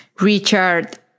Richard